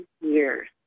years